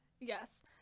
Yes